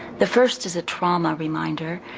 the first is a trauma reminder.